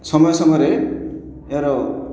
ସମୟ ସମୟରେ ଏହାର